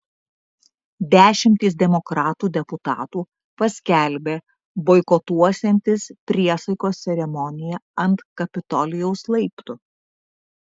dešimtys demokratų deputatų paskelbė boikotuosiantys priesaikos ceremoniją ant kapitolijaus laiptų